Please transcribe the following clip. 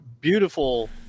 beautiful